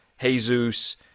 Jesus